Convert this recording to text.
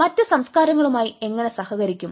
മറ്റ് സംസ്കാരങ്ങളുമായി എങ്ങനെ സഹകരിക്കാം